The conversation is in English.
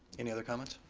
any other comments?